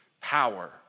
power